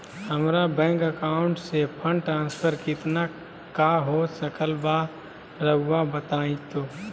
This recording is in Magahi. हमरा बैंक अकाउंट से फंड ट्रांसफर कितना का हो सकल बा रुआ बताई तो?